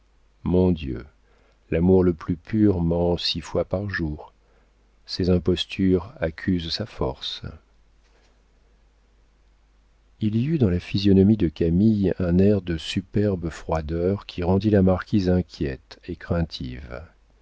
mon dieu l'amour le plus pur ment six fois par jour ses impostures accusent sa force il y eut dans la physionomie de camille un air de superbe froideur qui rendit la marquise inquiète et craintive